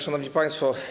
Szanowni Państwo!